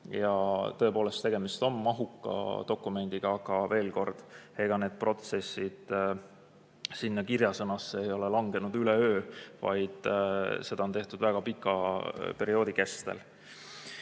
Tõepoolest, tegemist on mahuka dokumendiga. Aga veel kord: ega need protsessid sinna kirjasõnasse ei ole langenud üleöö, seda kõike on tehtud väga pika perioodi kestel.